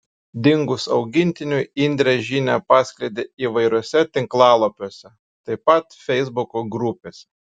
dingus augintiniui indrė žinią paskleidė įvairiuose tinklapiuose taip pat feisbuko grupėse